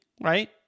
Right